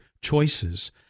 Choices